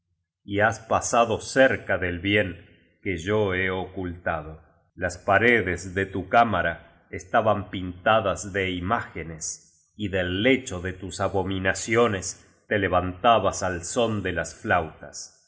y has pasado cerca del bien que yo he ocul tado las paredes de tu cámara estaban pintadas de imágenes biblioteca nacional de españa seis poemas inéditos de oscar wlde y del lecho de tus abominaciones te levantabas al son de las flautas